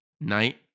night